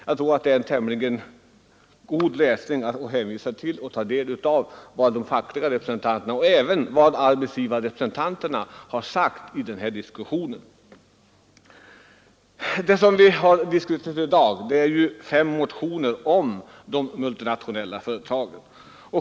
Jag hänvisar alltså till vad de fackliga representanterna och arbetsgivarrepresentanterna har sagt i denna diskussion. Vi behandlar i dag fem motioner om de multinationella företagen.